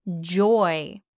joy